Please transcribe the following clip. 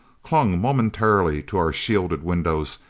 clung momentarily to our shielded windows,